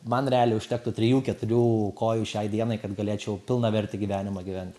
man realiai užtektų trijų keturių kojų šiai dienai kad galėčiau pilnavertį gyvenimą gyvent